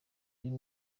y’uyu